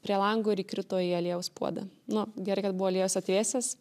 prie lango ir įkrito į aliejaus puodą nu gerai kad buvo aliejus atvėsęs